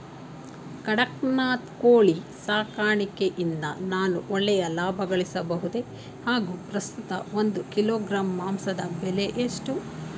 ಕಡಕ್ನಾತ್ ಕೋಳಿ ಸಾಕಾಣಿಕೆಯಿಂದ ನಾನು ಒಳ್ಳೆಯ ಲಾಭಗಳಿಸಬಹುದೇ ಹಾಗು ಪ್ರಸ್ತುತ ಒಂದು ಕಿಲೋಗ್ರಾಂ ಮಾಂಸದ ಬೆಲೆ ಎಷ್ಟು?